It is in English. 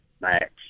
max